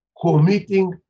committing